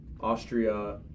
Austria